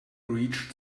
reached